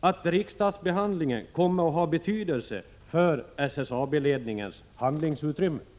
att riksdagsbehandlingen kommer att ha betydelse för SSAB-ledningens handlingsutrymme.